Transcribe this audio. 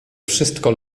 wszystko